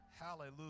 Hallelujah